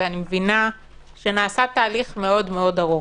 ואני מבינה שנעשה תהליך מאוד ארוך.